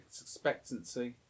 expectancy